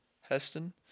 Heston